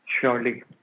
surely